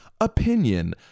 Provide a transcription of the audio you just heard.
opinion